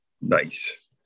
Nice